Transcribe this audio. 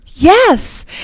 yes